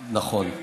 נכון,